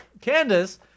Candace